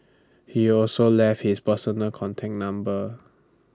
he also left his personal content number